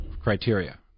criteria